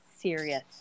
serious